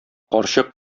карчык